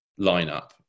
lineup